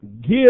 give